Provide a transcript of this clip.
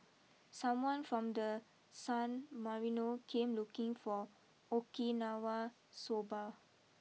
someone from the San Marino came looking for Okinawa Soba